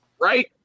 Right